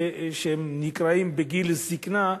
אנשים בגיל זיקנה,